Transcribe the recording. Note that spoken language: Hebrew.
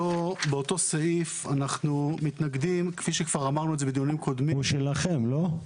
תומר, הוא שלכם, לא?